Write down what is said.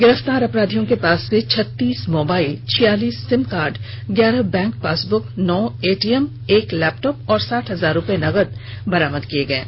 गिरफ्तार अपराधियों के पास से छत्तीस मोबाइल छियालीस सिमकार्ड ग्यारह बैंक पासबुक नौ एटीएम एक लैपटॉप तथा साठ हजार रूपये नगद बरामद किये है